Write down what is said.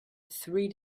three